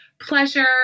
pleasure